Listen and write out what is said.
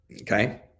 okay